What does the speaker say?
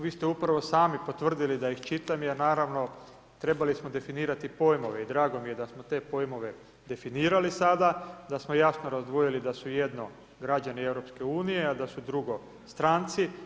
Vi ste upravo sami potvrdili da ih čitam, jer naravno trebali smo definirati pojmove i drago mi je da smo te pojmove definirali sada, da smo jasno razdvojili da su jedno građani Europske unije, a da su drugo stranci.